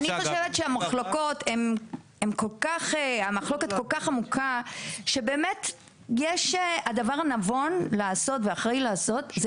אני חושבת שהמחלוקת כל כך עמוקה שהדבר הנבון והאחראי לעשות זה